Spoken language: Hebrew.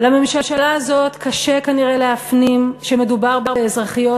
לממשלה הזאת קשה כנראה להפנים שמדובר באזרחיות